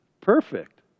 Perfect